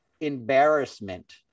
embarrassment